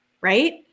right